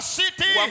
city